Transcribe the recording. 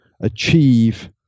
achieve